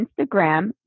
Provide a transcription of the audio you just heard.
Instagram